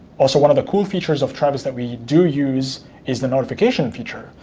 also, one of the cool features of travis that we do use is the notification feature.